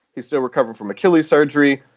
he's still recovering from achilles surgery.